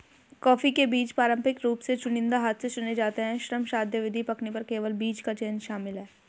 coffee के बीज पारंपरिक रूप से चुनिंदा हाथ से चुने जाते हैं, श्रमसाध्य विधि, पकने पर केवल बीज का चयन शामिल है